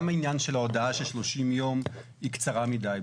גם העניין של ההודעה של 30 יום היא קצרה מידי.